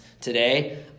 Today